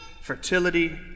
fertility